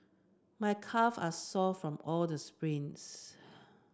my calve are sore from all the sprints